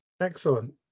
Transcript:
Excellent